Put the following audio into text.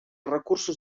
recursos